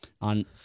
on